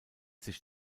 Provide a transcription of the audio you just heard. sich